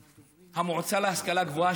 המועצה להשכלה גבוהה,